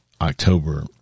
October